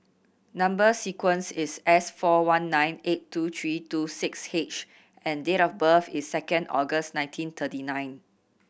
number sequence is S four one nine eight two three two six H and date of birth is second August nineteen thirty nine